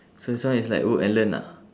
so this one is like work and learn ah